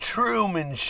Truman